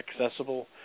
accessible